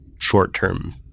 short-term